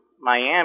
Miami